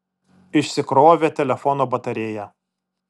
išsikrovė telefono batarėja